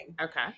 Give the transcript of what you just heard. Okay